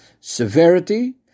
severity